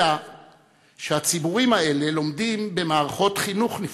אלא שהציבורים האלה לומדים במערכות חינוך נפרדות,